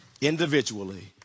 individually